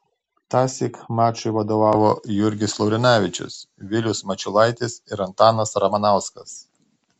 tąsyk mačui vadovavo jurgis laurinavičius vilius mačiulaitis ir antanas ramanauskas